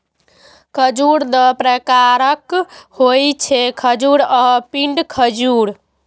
खजूर दू प्रकारक होइ छै, खजूर आ पिंड खजूर